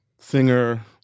singer